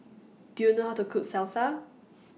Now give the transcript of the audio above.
Do YOU know How to Cook Salsa